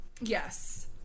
Yes